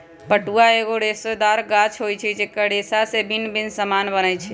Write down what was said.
पटुआ एगो रेशेदार गाछ होइ छइ जेकर रेशा से भिन्न भिन्न समान बनै छै